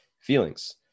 feelings